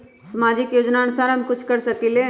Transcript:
सामाजिक योजनानुसार हम कुछ कर सकील?